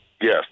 Yes